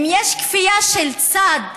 אם יש כפייה של צד,